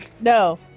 No